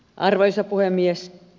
arvoisa puhemies